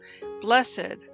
Blessed